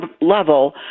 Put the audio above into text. level